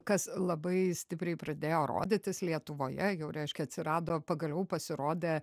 kas labai stipriai pradėjo rodytis lietuvoje jau reiškia atsirado pagaliau pasirodė